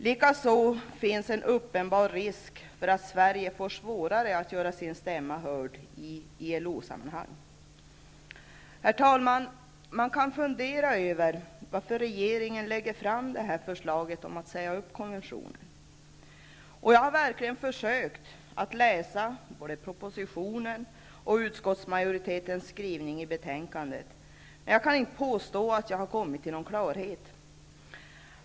Det finns dessutom en uppenbar risk för att Sverige får svårare att göra sin stämma hörd i ILO sammanhang. Herr talman! Man kan fundera över varför regeringen lägger fram detta förslag om att säga upp konventionen. Jag har verkligen försökt att läsa både propositionen och utskottsmajoritetens skrivning i betänkandet, men jag kan inte påstå att jag har kommit till någon klarhet.